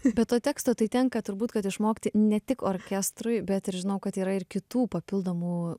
be to teksto tai tenka turbūt kad išmokti ne tik orkestrui bet ir žinau kad yra ir kitų papildomų